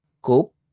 cope